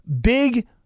big